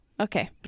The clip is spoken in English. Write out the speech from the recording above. Okay